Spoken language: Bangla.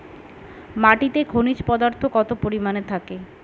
মাটিতে খনিজ পদার্থ কত পরিমাণে থাকে?